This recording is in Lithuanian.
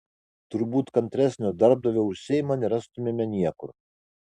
turbūt kantresnio darbdavio už seimą nerastumėme niekur